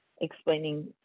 explaining